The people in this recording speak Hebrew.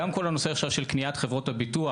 גם כל הנושא עכשיו של קניית חברות הביטוח.